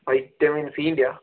vitamin സീൻറ്റെയാ